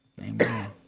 Amen